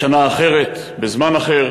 בשנה אחרת, בזמן אחר,